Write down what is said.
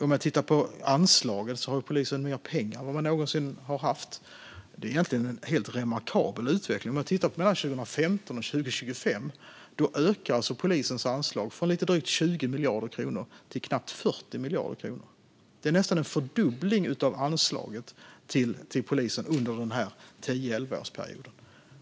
Om man tittar på anslagen ser man att polisen har mer pengar än den någonsin har haft. Det är egentligen en helt remarkabel utveckling: Under perioden 2015-2025 ökar polisens anslag från lite drygt 20 miljarder kronor till knappt 40 miljarder kronor. Det är nästan en fördubbling av anslaget till polisen under en period om tio elva år.